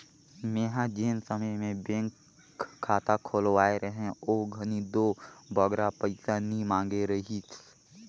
मेंहा जेन समे में बेंक खाता खोलवाए रहें ओ घनी दो बगरा पइसा नी मांगे रहिस